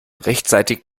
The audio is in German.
rechtzeitig